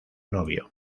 novio